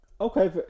Okay